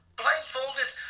blindfolded